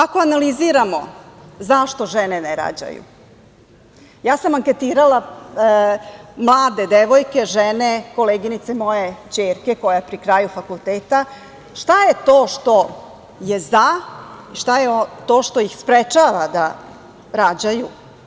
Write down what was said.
Ako analiziramo zašto žene ne rađaju, ja sam anketirala mlade devojke, žene, koleginice moje ćerke koja je pri kraju fakulteta – šta je to što je za, šta je to što ih sprečava da rađaju?